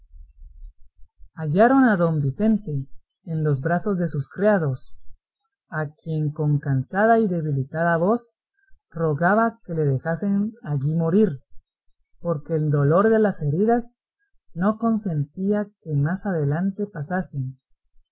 hallaron a don vicente en los brazos de sus criados a quien con cansada y debilitada voz rogaba que le dejasen allí morir porque el dolor de las heridas no consentía que más adelante pasase